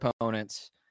opponents